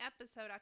episode